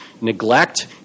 neglect